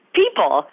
people